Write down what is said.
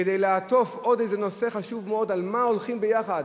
כדי לעטוף עוד איזה נושא חשוב מאוד על מה הולכים ביחד,